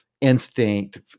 instinct